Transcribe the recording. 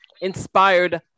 Inspired